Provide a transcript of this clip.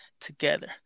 together